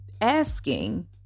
asking